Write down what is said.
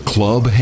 Club